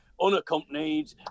unaccompanied